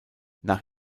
nach